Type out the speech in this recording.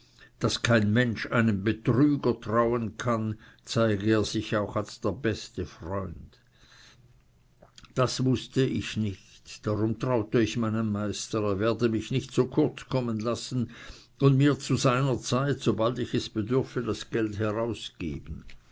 daß kein mensch einem betrüger trauen kann zeige er sich auch als der beste freund das wußte ich nicht darum traute ich meinem meister er werde mich nicht zu kurz kommen lassen und mir sobald ich es bedürfe das gelb herausgeben